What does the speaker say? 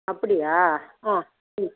அப்படியா ஆ ம்